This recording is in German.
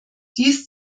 dies